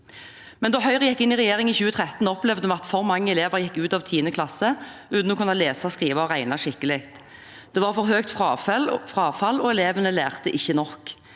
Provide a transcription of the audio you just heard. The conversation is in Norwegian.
Da Høyre gikk inn i regjering i 2013, opplevde vi at for mange elever gikk ut av 10. klasse uten å kunne lese, skrive og regne skikkelig. Det var for høyt frafall, og elevene lærte ikke nok.